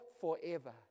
forever